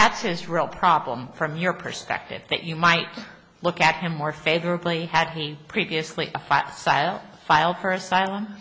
that's his real problem from your perspective that you might look at him more favorably had he previously filed for asylum